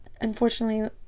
unfortunately